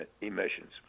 emissions